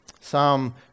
Psalm